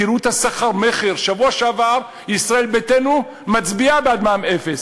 תראו את הסחר-מכר: בשבוע שעבר ישראל ביתנו מצביעה בעד מע"מ אפס,